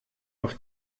auf